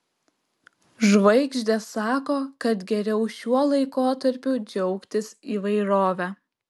žvaigždės sako kad geriau šiuo laikotarpiu džiaugtis įvairove